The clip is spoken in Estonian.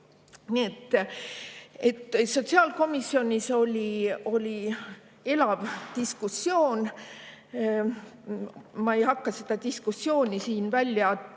sotsiaalkomisjonis oli elav diskussioon. Ma ei hakka seda diskussiooni siin välja